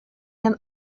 can